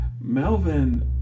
Melvin